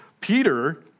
Peter